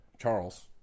charles